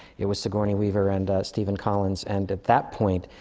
it was sigourney weaver and stephen collins. and at that point,